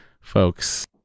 folks